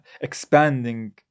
Expanding